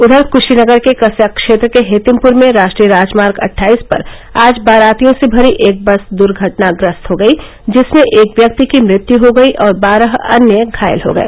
उधर कुशीनगर के कसया क्षेत्र के हेतिमपुर में राष्ट्रीय राजमार्ग अट्ठाइस पर आज बारातियों से भरी एक बस द्घटनाग्रस्त हो गई जिसमें एक व्यक्ति की मृत्यु हो गई और बारह अन्य घायल हो गए